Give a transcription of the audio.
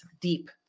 deep